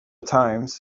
times